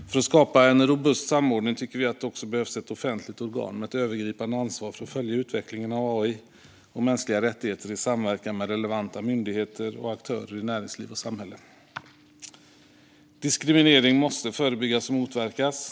För att skapa en robust samordning tycker vi att det också behövs ett offentligt organ med övergripande ansvar för att följa utvecklingen av AI och mänskliga rättigheter i samverkan med relevanta myndigheter och aktörer i näringsliv och samhälle. Diskriminering måste förebyggas och motverkas.